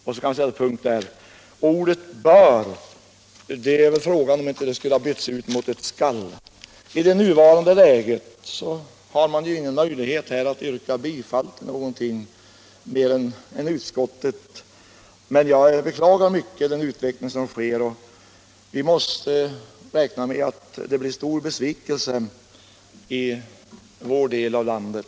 ”Frågan är om inte ordet ”bör” skulle ha bytts ut mot ett ”skall”. I det nuvarande läget är det inte möjligt att yrka bifall till något annat än utskottets hemställan. Men jag beklagar den utveckling som sker, och vi måste räkna med att besvikelsen blir stor i vår del av landet.